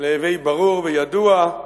להווי ברור וידוע,